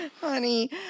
Honey